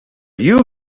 you